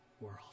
world